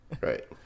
Right